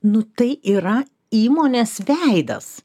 nu tai yra įmonės veidas